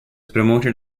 promoted